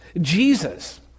Jesus